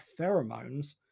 pheromones